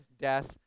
death